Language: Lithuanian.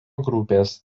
grupės